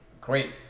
great